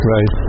Right